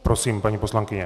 Prosím, paní poslankyně.